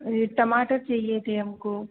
यह टमाटर चाहिए थे हमको